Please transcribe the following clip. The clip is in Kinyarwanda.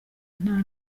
nta